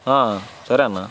ఆ సరే అన్నా